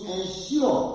ensure